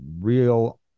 real